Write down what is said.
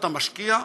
אתה משקיע,